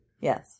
Yes